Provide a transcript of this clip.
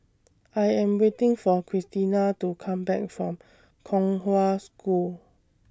I Am waiting For Christina to Come Back from Kong Hwa School